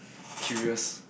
curious